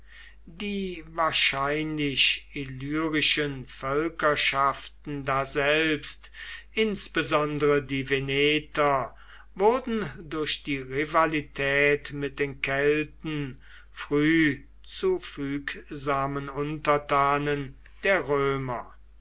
die wahrscheinlich illyrischen völkerschaften daselbst insbesondere die veneter wurden durch die rivalität mit den kelten früh zu fügsamen untertanen der römer